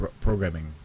programming